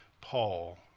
Paul